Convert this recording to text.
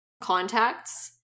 contacts